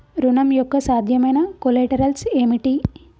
ఋణం యొక్క సాధ్యమైన కొలేటరల్స్ ఏమిటి?